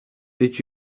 did